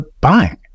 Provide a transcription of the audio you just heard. buying